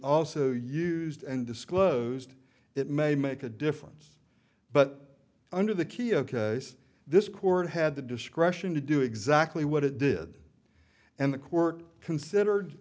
also used and disclosed it may make a difference but under the keogh case this court had the discretion to do exactly what it did and the court considered